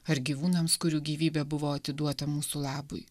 ar gyvūnams kurių gyvybė buvo atiduota mūsų labui